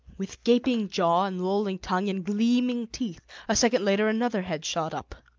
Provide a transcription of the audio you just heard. with gaping jaw and lolling tongue and gleaming teeth a second later another head shot up.